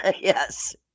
Yes